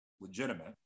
legitimate